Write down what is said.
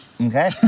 Okay